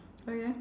okay